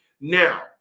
Now